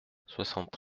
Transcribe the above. soixante